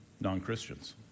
non-Christians